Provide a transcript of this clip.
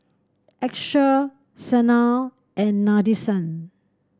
Akshay Sanal and Nadesan